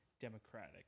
democratic